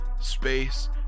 space